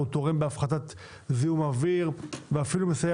תורם להפחתת זיהום אוויר ואפילו מסייע